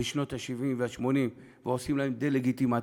בשנות ה-70 וה-80 ועושים להם דה-לגיטימציה,